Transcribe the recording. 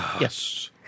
Yes